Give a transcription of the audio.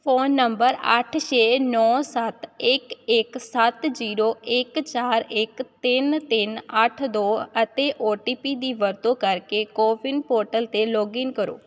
phone number ਅੱਠ ਛੇ ਨੌਂ ਸੱਤ ਇੱਕ ਇੱਕ ਸੱਤ ਜੀਰੋ ਇੱਕ ਚਾਰ ਇੱਕ ਤਿੰਨ ਤਿੰਨ ਅੱਠ ਦੋ ਅਤੇ ਓ ਟੀ ਪੀ ਦੀ ਵਰਤੋਂ ਕਰਕੇ ਕੋਵਿਨ ਪੋਰਟਲ 'ਤੇ ਲੌਗਇਨ ਕਰੋ